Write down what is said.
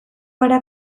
gara